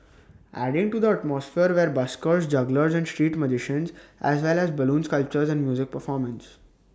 adding to the atmosphere were buskers jugglers and street magicians as well as balloon sculptures and music performances